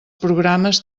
programes